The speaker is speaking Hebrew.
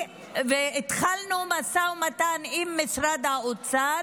והתחלנו משא ומתן עם משרד האוצר